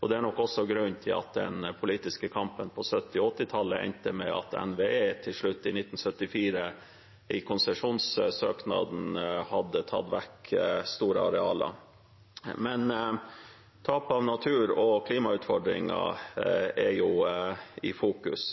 Det er nok også grunnen til at den politiske kampen på 1970- og 1980-tallet endte med at NVE til slutt, i 1974 i konsesjonssøknaden, hadde tatt vekk store arealer. Men tap av natur og klimautfordringer er i fokus,